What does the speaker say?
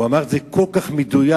הוא אמר את זה כל כך מדויק,